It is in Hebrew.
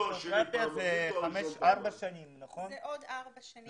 זה עוד ארבע שנים.